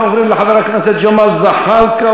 אנחנו עוברים לחבר הכנסת ג'מאל זחאלקה,